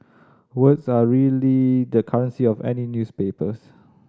words are really the currency of any newspapers